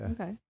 Okay